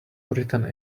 written